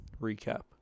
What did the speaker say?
recap